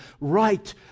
right